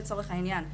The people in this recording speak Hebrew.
לצורך העניין,